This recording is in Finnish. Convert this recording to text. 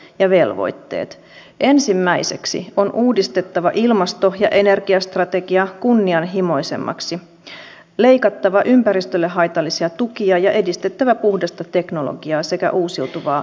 myöskin näitten kärkihankkeiden osalta team finlandin verkoston vahvistaminen ja cleantech ratkaisujen vauhdittaminen ovat keskeisiä asioita joiden kautta työllisyys ja talous voivat parantua